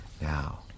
Now